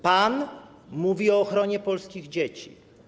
Pan mówi o ochronie polskich dzieci.